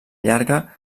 llarga